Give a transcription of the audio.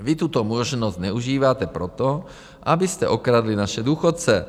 Vy tuto možnost zneužíváte proto, abyste okradli naše důchodce.